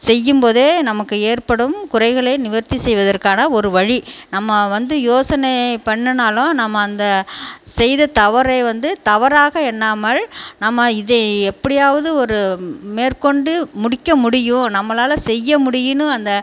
செய்யும் போதே நமக்கு ஏற்படும் குறைகளை நிவர்த்தி செய்வதற்கான ஒரு வழி நம்ம வந்து யோசனை பண்ணினாலும் நம்ம அந்த செய்த தவறை வந்து தவறாக எண்ணாமல் நம்ம இதை எப்படியாவது ஒரு மேற்கொண்டு முடிக்க முடியும் நம்மளால் செய்ய முடியும்னு அந்த